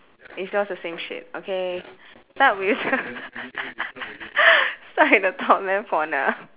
is yours the same shit okay start with start with the top left corner